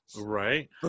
Right